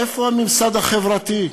איפה הממסד החברתי?